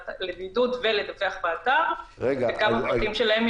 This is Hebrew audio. אדם, זה כמה אנשים.